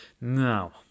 now